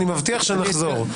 אני מבטיח שנחזור.